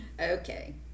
Okay